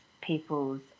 people's